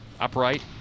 Upright